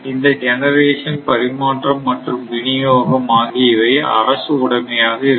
இந்த ஜெனரேஷன் பரிமாற்றம் மற்றும் விநியோகம் generation transmission distributionஆகியவை அரசு உடைமையாக இருக்கும்